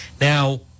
Now